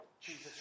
Jesus